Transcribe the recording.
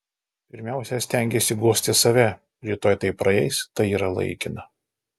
pirmiausia stengiesi guosti save rytoj tai praeis tai yra laikina